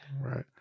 Right